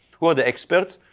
who are the experts?